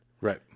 Right